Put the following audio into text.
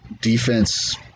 defense